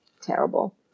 terrible